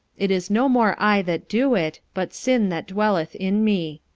it is no more i that do it, but sin that dwelleth in me.